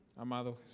Amado